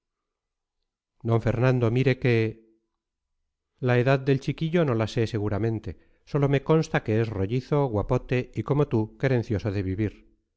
d fernando mire que la edad del chiquillo no la sé seguramente sólo me consta que es rollizo guapote y como tú querencioso de vivir